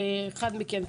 אחד מכם,